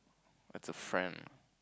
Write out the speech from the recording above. that's a friend